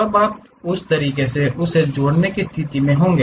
तब आप उस तरीके से उस जोड़ने की स्थिति में होंगे